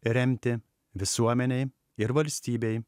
remti visuomenei ir valstybei